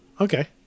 okay